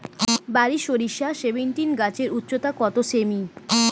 বারি সরিষা সেভেনটিন গাছের উচ্চতা কত সেমি?